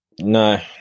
no